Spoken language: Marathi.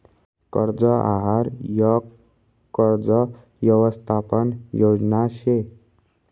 कर्ज आहार यक कर्ज यवसथापन योजना शे